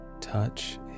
touch